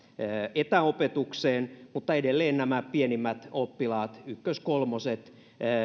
etäopetukseen mutta edelleen nämä pienimmät oppilaat ykkös kolmoset